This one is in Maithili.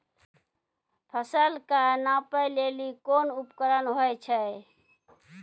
फसल कऽ नापै लेली कोन उपकरण होय छै?